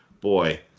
boy